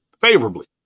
Favorably